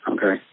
Okay